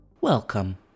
Welcome